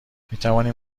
میتوانیم